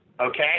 okay